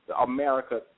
America